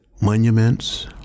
monuments